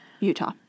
Utah